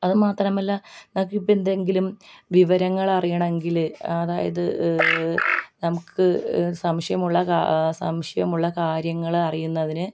അത് മാത്രമല്ല നമുക്കിപ്പോൾ എന്തെങ്കിലും വിവരങ്ങൾ അറിയണമെങ്കിൽ അതായത് നമുക്ക് സംശയമുള്ള സംശയമുള്ള കാര്യങ്ങൾ അറിയുന്നതിന്